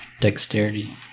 dexterity